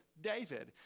David